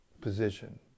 position